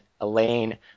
Elaine